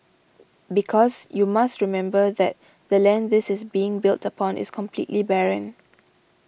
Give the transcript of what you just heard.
because you must remember that the land this is being built upon is completely barren